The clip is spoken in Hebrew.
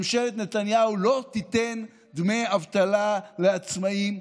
ממשלת נתניהו לא תיתן דמי אבטלה לעצמאים,